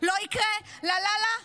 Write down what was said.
לא יקרה / לה לה לה,